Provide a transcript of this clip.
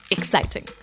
Exciting